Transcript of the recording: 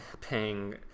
paying